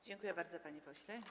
Dziękuję bardzo, panie pośle.